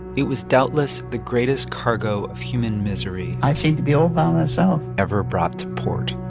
it was doubtless the greatest cargo of human misery. i seemed to be all by myself. ever brought to port